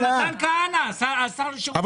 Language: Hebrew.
זה לא הוא, זה מתן כהנא, השר לשירותי דת.